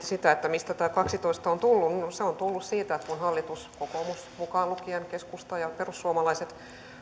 sitä että mistä tämä kaksitoista on tullut se on tullut siitä kun hallitus mukaan lukien kokoomus keskusta ja perussuomalaiset